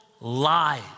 lies